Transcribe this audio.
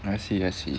I see I see